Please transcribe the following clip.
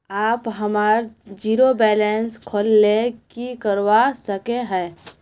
आप हमार zero balance खोल ले की करवा सके है?